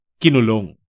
kinulong